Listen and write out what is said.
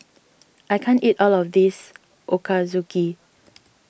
I can't eat all of this Ochazuke